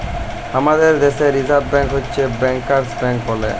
হামাদের দ্যাশে reserve bank হচ্ছ ব্যাংকার্স ব্যাঙ্ক বলে